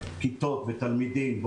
כיתות ותלמידים,